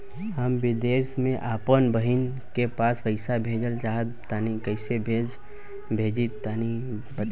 हम विदेस मे आपन बहिन के पास पईसा भेजल चाहऽ तनि कईसे भेजि तनि बताई?